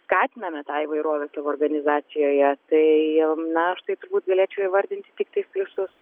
skatiname tą įvairovę savo organizacijoje tai na aš taip turbūt galėčiau įvardinti tiktais pliusus